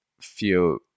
feel